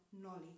knowledge